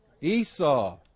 Esau